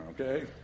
okay